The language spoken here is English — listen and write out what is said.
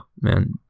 man